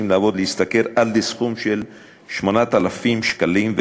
להשתכר עד לסכום של 8,000 שקלים ויותר,